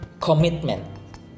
commitment